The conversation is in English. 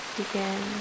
begin